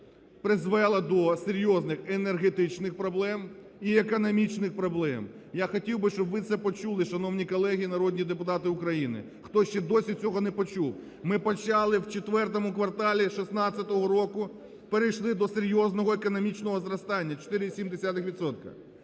призвело до серйозних енергетичних проблем і економічних проблем. Я хотів би, щоб ви це почули, шановні колеги народні депутати України, хто ще досі цього не почув. Ми почали в IV кварталі 16-го року, перейшли до серйозного економічного зростання – 4,7